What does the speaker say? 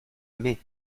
aimé